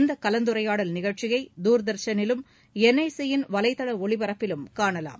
இந்த கலந்துரையாடல் நிகழ்ச்சியை தூர்தர்ஷனிலும் என்ஐசி யின் வலைதள ஒளிபரப்பிலும் காணலாம்